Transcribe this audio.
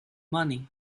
money